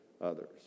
others